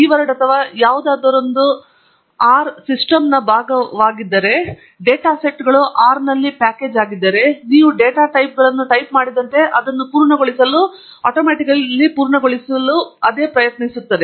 keyword ಅಥವಾ ಯಾವುದಾದರೊಂದು R ಸಿಸ್ಟಮ್ನ ಒಂದು ಭಾಗವಾಗಿದ್ದರೆ ಮತ್ತು ಡೇಟಾ ಸೆಟ್ಗಳು ಆರ್ನಲ್ಲಿ ಪ್ಯಾಕೇಜ್ ಆಗಿದ್ದರೆ ನೀವು ಡೇಟಾ ಟೈಪ್ಗಳನ್ನು ಟೈಪ್ ಮಾಡಿದಂತೆ ಅದನ್ನು ಪೂರ್ಣಗೊಳಿಸಲು ಪ್ರಯತ್ನಿಸುತ್ತಿರುವುದನ್ನು ನೀವು ನೋಡಬಹುದು ಮತ್ತು ಅದು ಸಹ ಪ್ಯಾಕೇಜ್ ಎಂದು ಹೇಳಬಹುದು